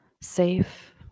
safe